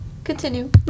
continue